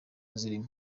zirimo